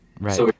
Right